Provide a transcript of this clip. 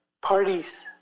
parties